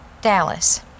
Dallas